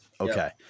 Okay